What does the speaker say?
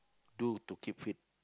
do to keep fit